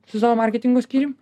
su savo marketingo skyrium